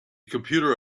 computer